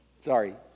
Sorry